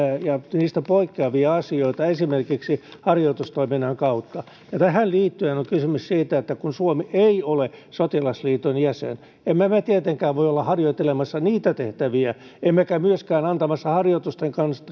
niistä poikkeavia asioita esimerkiksi harjoitustoiminnan kautta tähän liittyen kysymys on siitä että kun suomi ei ole sotilasliiton jäsen emme me tietenkään voi olla harjoittelemassa niitä tehtäviä emmekä myöskään antamassa harjoitusten